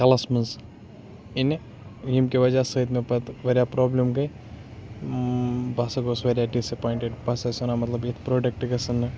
کَلَس مَنٛز اِنہِ ییٚمہِ کہِ وَجہَ سۭتۍ مےٚ پَتہٕ واریاہ پرابلِم گٔے بہٕ ہَسا گوس واریاہ ڈِسایٚپوینٹِڈ بہٕ ہَسا چھُس وَنان مَطلَب یِتھ پروڈَکٹ گَژھَن نہٕ